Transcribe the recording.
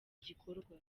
gikorwa